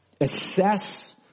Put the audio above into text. assess